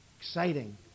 Exciting